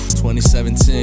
2017